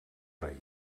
rei